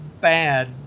bad